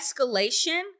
escalation